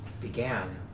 began